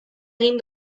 egin